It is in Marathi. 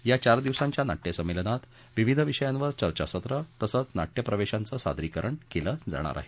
या चार दिक्सांच्या नाट्य संमेलनात विविध विषयांवर चर्चासत्रं तसंच नाट्य प्रवेशांचं सादरीकरण केलं जाणार आहे